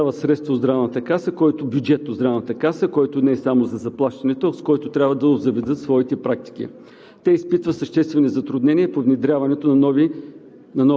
общопрактикуващите лекари в България получават бюджет от Здравната каса, който не е само за заплащането, а с който трябва да обзаведат своите практики.